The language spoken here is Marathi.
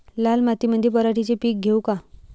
लाल मातीमंदी पराटीचे पीक घेऊ का?